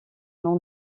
nom